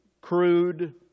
crude